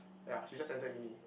ya she just entered uni